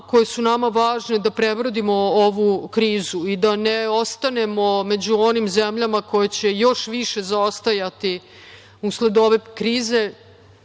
koje su nama važne da prebrodimo ovu krizu i da ne ostanemo među onim zemljama koje će još više zaostajati usled ove krize,